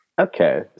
Okay